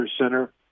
center